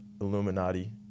Illuminati